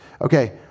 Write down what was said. Okay